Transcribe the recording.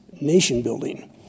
nation-building